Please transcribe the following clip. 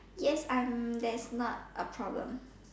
yes I'm that's not a problem